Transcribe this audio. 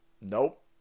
nope